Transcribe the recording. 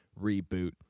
reboot